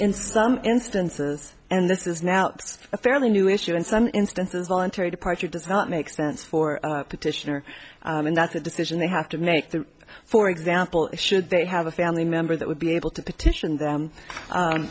in some instances and this is now a fairly new issue in some instances voluntary departure does not make sense for petitioner and that's a decision they have to make to for example should they have a family member that would be able to petition them